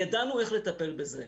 ידענו איך לטפל בזה.